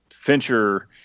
Fincher